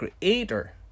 creator